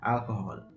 Alcohol